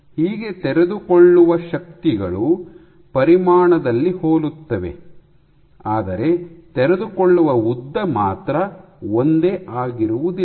ಹೀಗೆ ತೆರೆದುಕೊಳ್ಳುವ ಶಕ್ತಿಗಳು ಪರಿಮಾಣದಲ್ಲಿ ಹೋಲುತ್ತವೆ ಆದರೆ ತೆರೆದುಕೊಳ್ಳುವ ಉದ್ದ ಮಾತ್ರ ಒಂದೇ ಆಗಿರುವುದಿಲ್ಲ